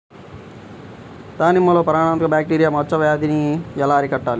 దానిమ్మలో ప్రాణాంతక బ్యాక్టీరియా మచ్చ వ్యాధినీ ఎలా అరికట్టాలి?